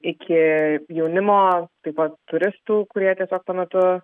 iki jaunimo taip pat turistų kurie tiesiog tuo metu